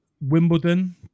Wimbledon